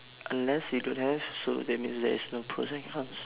unless you don't have so that means there is no pros and cons